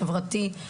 חברתי,